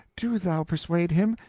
do thou persuade him!